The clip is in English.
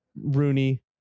rooney